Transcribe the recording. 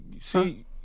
see